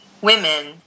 women